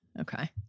Okay